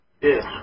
Yes